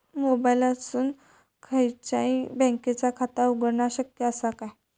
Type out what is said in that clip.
मोबाईलातसून खयच्याई बँकेचा खाता उघडणा शक्य असा काय?